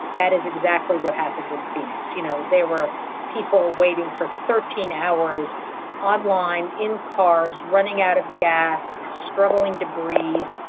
that is exactly what happened in phoenix. you know, there were people waiting for thirteen hours online in cars, running out of gas, struggling to breathe,